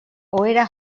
ohera